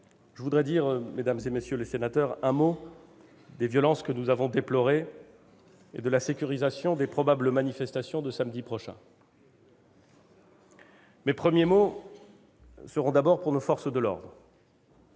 je voudrais dire, mesdames, messieurs les sénateurs, un mot des violences que nous avons déplorées et de la sécurisation des probables manifestations de samedi prochain. Mes premiers mots seront d'abord pour nos forces de l'ordre.